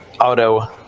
auto